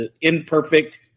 imperfect